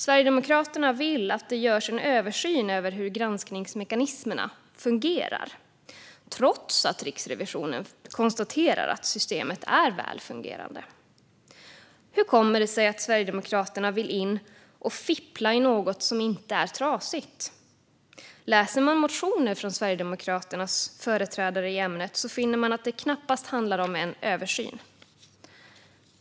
Sverigedemokraterna vill att det görs en översyn över hur granskningsmekanismerna fungerar, trots att Riksrevisionen konstaterar att systemet är väl fungerande. Hur kommer det sig att Sverigedemokraterna vill in och fippla i något som inte är trasigt? Läser man motioner i ämnet från Sverigedemokraternas företrädare finner man att det knappast handlar om en översyn.